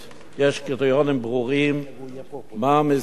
יש קריטריונים ברורים מה המסגרת,